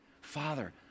Father